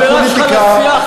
שאחר כך חברה שלך לסיעה,